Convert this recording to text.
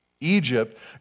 Egypt